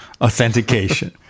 authentication